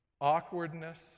awkwardness